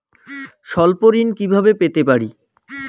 স্বল্প ঋণ কিভাবে পেতে পারি?